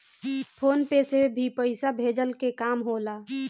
phone पे से भी पईसा भेजला के काम होला